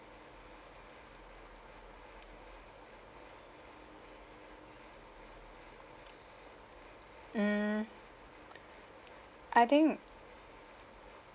mm I think